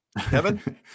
Kevin